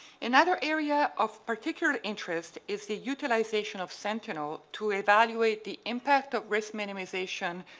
another area of particular interest is the utilization of sentinel to evaluate the impact of risk minimization